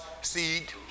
seed